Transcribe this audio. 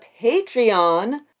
Patreon